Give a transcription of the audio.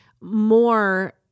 more